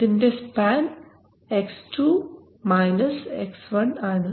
ഇതിൻറെ span X2 -X1 ആണ്